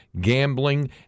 gambling